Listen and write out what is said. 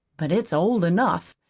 but it's old enough,